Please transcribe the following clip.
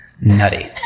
Nutty